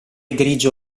grigio